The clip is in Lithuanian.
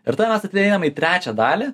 ir tada mes ateiname į trečią dalį